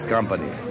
Company